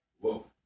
Whoa